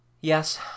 Yes